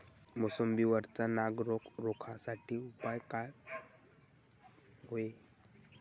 मोसंबी वरचा नाग रोग रोखा साठी उपाव का हाये?